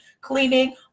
cleaning